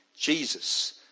Jesus